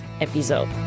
episode